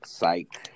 Psych